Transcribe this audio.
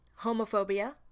homophobia